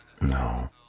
No